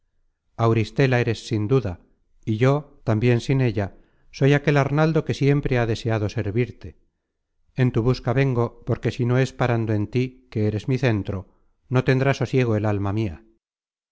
hermosa auristela eres sin duda y yo tambien sin ella soy aquel arnaldo que siempre ha deseado servirte en tu busca vengo porque si no es parando en tí que eres mi centro no tendrá sosiego el alma mia